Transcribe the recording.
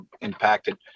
impacted